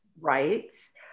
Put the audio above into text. rights